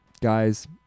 Guys